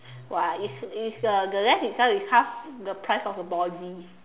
!wah! it's it's the the lens itself is half the price of the body